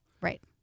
Right